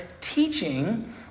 teaching